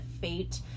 fate